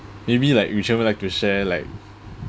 maybe like Yu Chen would like to share like